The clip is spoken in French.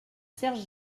serge